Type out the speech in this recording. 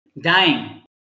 dying